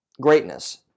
Greatness